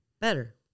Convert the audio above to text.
better